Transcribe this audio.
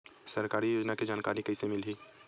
सरकारी योजना के जानकारी कइसे मिलही?